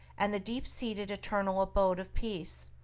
and the deep-seated eternal abode of peace,